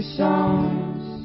songs